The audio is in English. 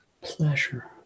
pleasure